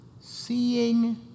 seeing